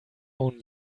own